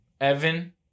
Evan